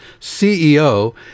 CEO